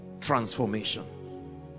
transformation